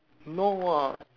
no ah